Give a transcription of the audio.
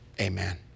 amen